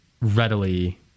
readily